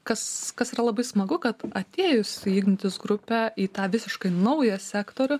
kas kas yra labai smagu kad atėjus į ignitis grupę į tą visiškai naują sektorių